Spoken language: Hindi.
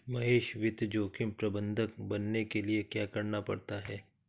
महेश वित्त जोखिम प्रबंधक बनने के लिए क्या करना पड़ता है?